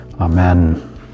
Amen